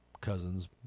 cousin's